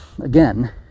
again